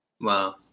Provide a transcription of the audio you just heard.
wow